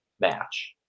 match